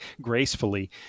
gracefully